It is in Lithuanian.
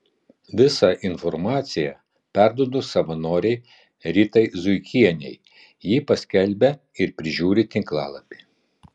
visą informaciją perduodu savanorei ritai zuikienei ji paskelbia ir prižiūri tinklalapį